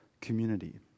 community